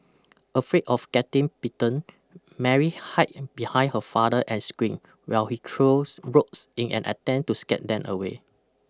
afraid of getting bitten Mary hide behind her father and screamed while he threw rocks in an attempt to scare them away